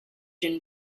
than